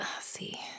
see